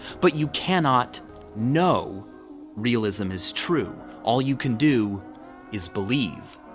but you cannot know realism is true. all you can do is believe.